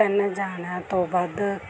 ਤਿੰਨ ਜਣਿਆਂ ਤੋਂ ਵੱਧ